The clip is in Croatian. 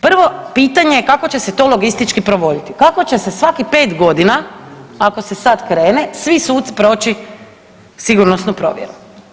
Prvo pitanje je kako će se to logistički provoditi, kako će se svakih 5.g. ako se sad krene svi suci proći sigurnosnu provjeru?